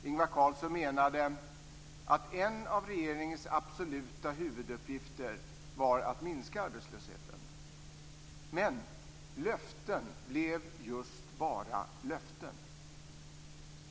Ingvar Carlsson menade att en av regeringens absoluta huvuduppgifter var att minska arbetslösheten. Men löften blev just bara löften.